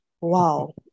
wow